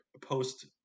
post